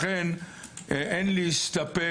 לכן אין להניח,